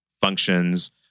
functions